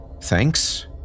thanks